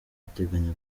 ateganya